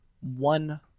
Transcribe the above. one